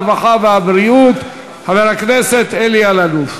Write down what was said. הרווחה והבריאות חבר הכנסת אלי אלאלוף.